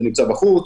זה נמצא בחוץ.